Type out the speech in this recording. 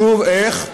שוב, איך?